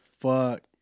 fuck